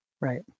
Right